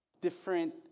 different